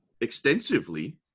extensively